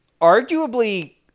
arguably